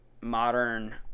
modern